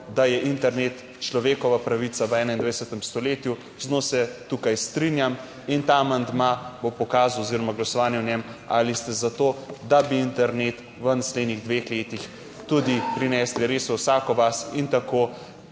da je internet človekova pravica v 21. stoletju, z njo se tukaj strinjam, in ta amandma bo pokazal oziroma glasovanje o njem, ali ste za to, da bi internet v naslednjih dveh letih tudi prinesli res v vsako vas in tako